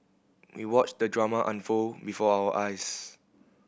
we watched the drama unfold before our eyes